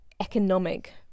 economic